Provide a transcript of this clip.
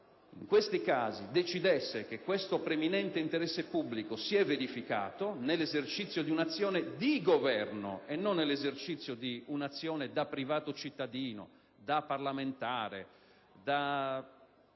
se quest'Aula decidesse che questo preminente interesse pubblico esiste ed è stato perseguito nell'esercizio di un'azione di governo e non nell'esercizio di un'azione da privato cittadino, da parlamentare,